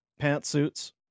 Pantsuits